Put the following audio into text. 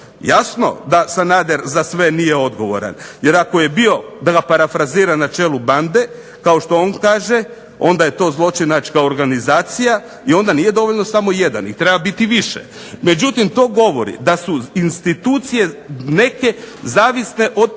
jasno da Sanader za sve nije odgovoran, jer ako je bio da parafraziram na čelu bande kao što on kaže, onda je to zločinačka organizacija i onda nije dovoljno samo jedan i treba biti više. Međutim, to govori da su neke institucije zavisne od politike,